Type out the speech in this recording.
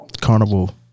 carnival